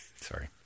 Sorry